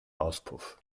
auspuff